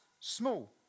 small